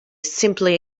simply